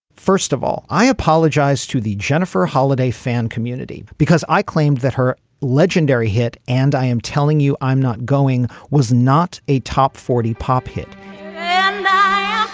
first of all, i apologize to the jennifer holiday fan community because i claimed that her legendary hit and i am telling you i'm not going was not a top forty pop hit and